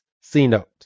C-Note